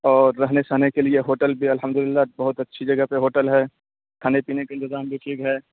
اور رہنے سہنے کے لیے ہوٹل بھی الحمد اللہ بہت اچھی جگہ پہ ہوٹل ہے کھانے پینے کا انتظام بھی ٹھیک ہے